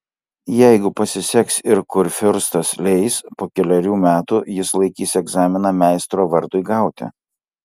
jeigu pasiseks ir kurfiurstas leis po kelerių metų jis laikys egzaminą meistro vardui gauti